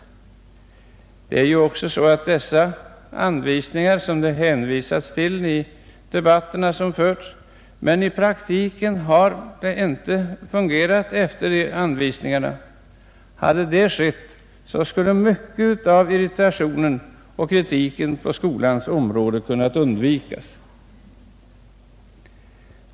I debatten hänvisas det ofta till dessa anvisningar, men i praktiken har de inte följts. Hade det skett skulle mycket av irritationen och kritiken på skolans område ha kunnat undvikas.